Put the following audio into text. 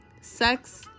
sex